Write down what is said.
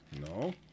No